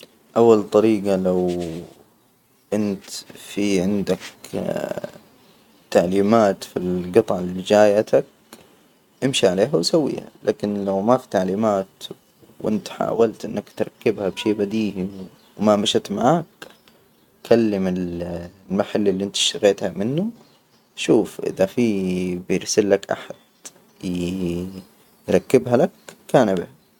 أول طريجة لو أنت في عندك تعليمات في الجطعة اللي جايتك، امشي عليها وسويها، لكن لو ما في تعليمات وأنت حاولت إنك تركبها بشي بديهي، وما مشت معاك، كلم ال- المحل إللي أنت اشتريتها منه، شوف إذا في بيرسلك أحد ي- يركبها لك كان بها.